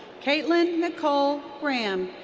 kaitlyn nicole graham.